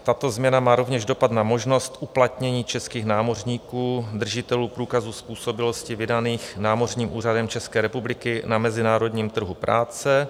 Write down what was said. Tato změna má rovněž dopad na možnost uplatnění českých námořníků, držitelů průkazů způsobilosti vydaných Námořním úřadem České republiky, na mezinárodním trhu práce.